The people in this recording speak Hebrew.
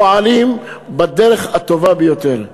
הם פועלים בדרך הטובה ביותר.